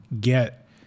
Get